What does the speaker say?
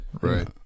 Right